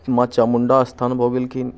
माँ चामुण्डा स्थान भऽ गेलखिन